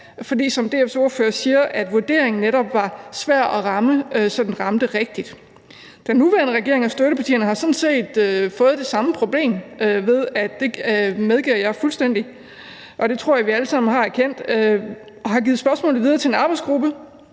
fordi, som DF's ordfører siger, vurderingen netop var svær at ramme rigtigt. Den nuværende regering og støttepartierne har sådan set fået det samme problem – det medgiver jeg fuldstændig – og det tror jeg vi alle sammen har erkendt. Vi har derfor givet spørgsmålet videre til en arbejdsgruppe,